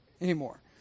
anymore